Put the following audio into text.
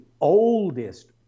oldest